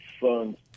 funds